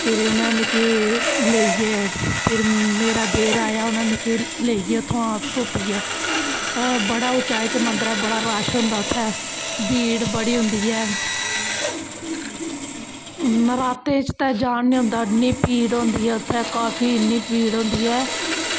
भिरी उ'नें मिगी लेई गे फिर मेरा देर आया इनें मिकी लेई गे उत्थुआं तुप्पियै बड़ा उंचाई च मंदर ऐ बड़ा रश होंदा उत्थै भीड़ बड़ी होंदी ऐ नरातें च ते जान निं होंदा इन्नी भीड़ होंदी ऐ उत्थै काफी इन्नी भीड़ होंदी ऐ